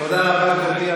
תודה רבה, גברתי.